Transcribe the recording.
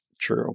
True